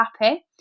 happy